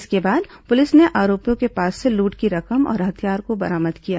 इसके बाद पुलिस ने आरोपियों के पास से लूट की रकम और हथियार को बरामद कर लिया